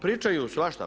Pričaju svašta.